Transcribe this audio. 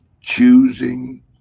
choosing